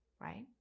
right